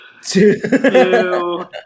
two